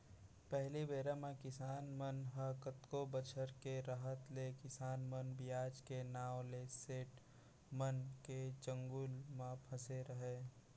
पहिली बेरा म किसान मन ह कतको बछर के रहत ले किसान मन बियाज के नांव ले सेठ मन के चंगुल म फँसे रहयँ